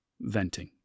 venting